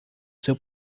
seu